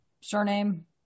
surname